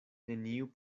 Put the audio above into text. neniu